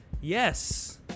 yes